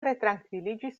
retrankviliĝis